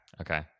Okay